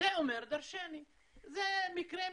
זה אומר דרשני,